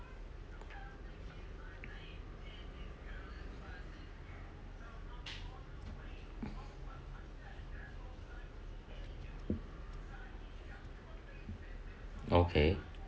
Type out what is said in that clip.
okay